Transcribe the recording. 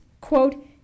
quote